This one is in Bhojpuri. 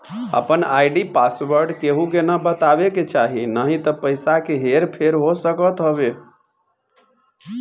आपन आई.डी पासवर्ड केहू के ना बतावे के चाही नाही त पईसा के हर फेर हो सकत हवे